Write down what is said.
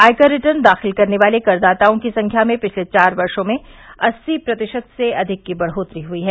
आयकर रिटर्न दाखिल करने वाले करदाताओं की संख्या में पिछले चार वर्ष में अस्सी प्रतिशत से भी अधिक की बढोतरी हुई है